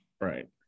Right